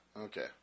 Okay